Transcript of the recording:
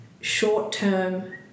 short-term